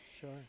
Sure